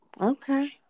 Okay